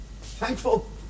Thankful